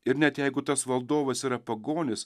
ir net jeigu tas valdovas yra pagonis